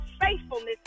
faithfulness